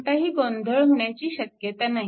कोणताही गोंधळ होण्याची शक्यता नाही